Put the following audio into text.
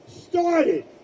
started